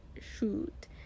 shoot